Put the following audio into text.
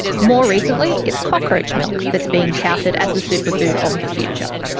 more recently, it's cockroach milk that's being touted as the superfood of the future.